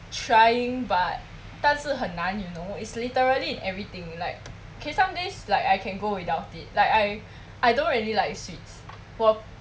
trying but 但是很难 you know is literally everything like K some days like I can go without it like I I don't really like sweets 我